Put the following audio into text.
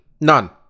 None